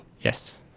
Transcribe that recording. Yes